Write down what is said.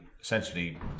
essentially